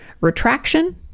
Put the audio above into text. retraction